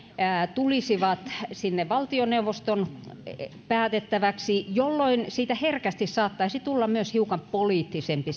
tulisivat valtioneuvoston päätettäväksi jolloin siitä lyhyestä nimityksestä herkästi saattaisi tulla myös hiukan poliittisempi